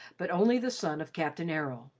but only the son of captain errol.